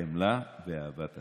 חמלה ואהבת האדם.